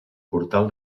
portal